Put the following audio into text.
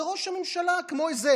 וראש הממשלה, כמו איזה